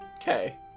Okay